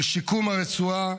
של שיקום הרצועה,